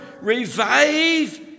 revive